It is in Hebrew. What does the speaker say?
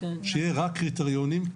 שיהיה רק קריטריונים,